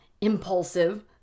impulsive